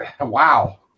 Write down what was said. wow